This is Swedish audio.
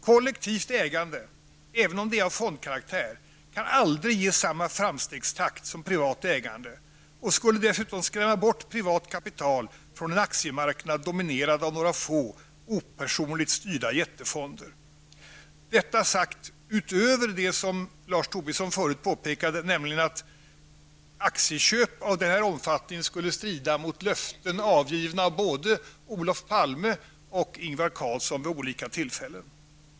Kollektivt ägande -- även om det är av fondkaraktär -- kan aldrig ge samma framstegstakt som privat ägande och skulle dessutom skrämma bort privat kapital från en aktiemarknad dominerad av några få, opersonligt styrda jättefonder. Detta sagt utöver det som Lars Tobisson förut påpekade, nämligen att aktieköp av den omfattningen skulle strida mot löften avgivna av både Olof Palme och Ingvar Carlsson vid olika tillfällen.